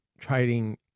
trading